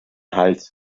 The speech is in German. hals